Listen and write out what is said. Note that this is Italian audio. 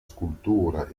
scultura